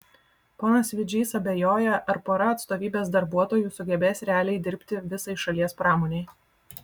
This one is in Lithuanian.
ponas vidžys abejoja ar pora atstovybės darbuotojų sugebės realiai dirbti visai šalies pramonei